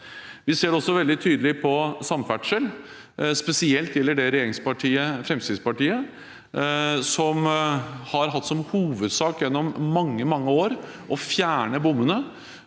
Vi ser det også veldig tydelig på samferdsel, spesielt gjelder det regjeringspartiet Fremskrittspartiet, som har hatt som hovedsak gjennom mange, mange år å fjerne bommene.